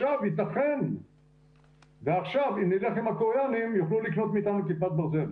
ייתכן ועכשיו אם נלך עם הקוריאנים יוכלו לקנות מאיתנו כיפת ברזל.